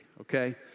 okay